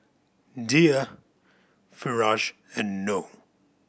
Dhia Firash and Noh